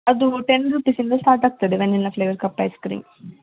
ಅದು ಟೆನ್ ರುಪೀಸಿಂದ ಸ್ಟಾರ್ಟ್ ಆಗ್ತದೆ vanilla flavour cup ice cream